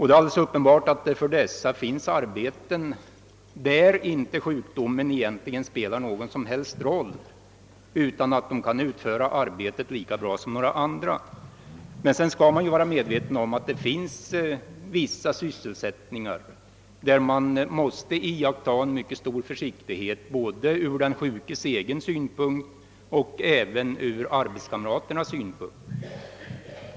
Det är uppenbart att det för alla dessa finns arbeten där sjukdomen inte spelar någon som helst roll; de kan utföra arbetet lika bra som andra. I vissa sysselsättningar måste man emellertid iaktta stor försiktighet både med hänsyn till den sjuke och till arbetskamraterna.